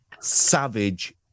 savage